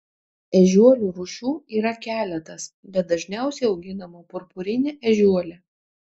ežiuolių rūšių yra keletas bet dažniausiai auginama purpurinė ežiuolė